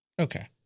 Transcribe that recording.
Okay